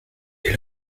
est